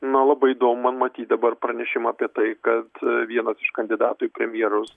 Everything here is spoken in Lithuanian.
na labai įdomu man matyt dabar pranešimą apie tai kad vienas iš kandidatų į premjerus